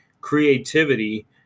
creativity